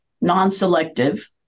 non-selective